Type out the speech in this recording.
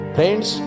Friends